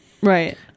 right